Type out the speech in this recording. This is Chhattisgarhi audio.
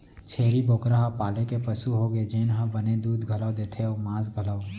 छेरी बोकरा ह पाले के पसु होगे जेन ह बने दूद घलौ देथे अउ मांस घलौक